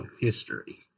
history